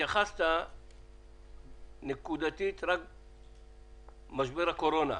התייחסת נקודתית רק למשבר הקורונה.